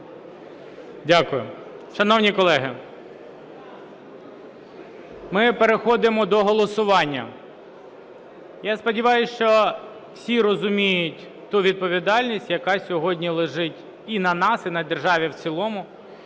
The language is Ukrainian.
Дякую. Шановні колеги, ми переходимо до голосування. Я сподіваюсь, що всі розуміють ту відповідальність, яка сьогодні лежить і на нас, і на державі в цілому,